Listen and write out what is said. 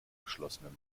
geschlossenen